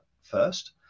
first